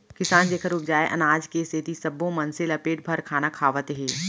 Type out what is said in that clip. किसान जेखर उपजाए अनाज के सेती सब्बो मनखे ल पेट भर खाना खावत हे